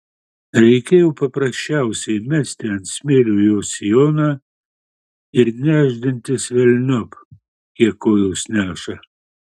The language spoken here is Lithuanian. reikėjo paprasčiausiai mesti ant smėlio jos sijoną ir nešdintis velniop kiek kojos neša